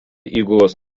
įgulos